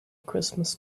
christmas